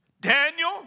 Daniel